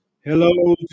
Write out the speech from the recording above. Hello